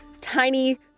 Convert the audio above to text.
tiny